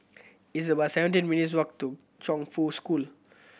it's about seventeen minutes' walk to Chongfu School